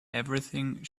everything